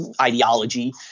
ideology